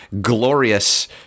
glorious